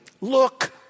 look